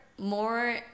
more